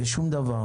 בשום דבר